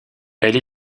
elle